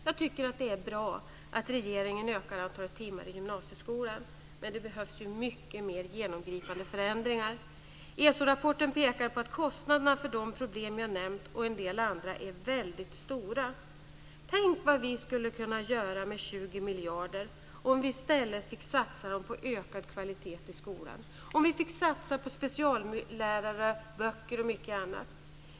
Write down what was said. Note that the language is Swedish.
Jag tycker att det är bra att regeringen ökar antalet timmar i gymnasieskolan, men det behövs mer genomgripande förändringar. ESO-rapporten pekar på att kostnaderna för de problem jag nämnt och en hel del andra är väldigt stora. Tänk vad vi skulle kunna göra med 20 miljarder om vi i stället fick satsa dem på ökad kvalitet i skolan, på speciallärare, böcker och mycket annat.